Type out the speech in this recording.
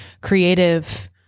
creative